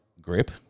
grip